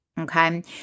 Okay